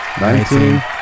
nineteen